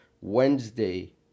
Wednesday